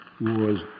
wars